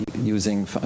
using